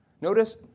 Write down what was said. Notice